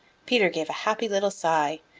peter gave a happy little sigh.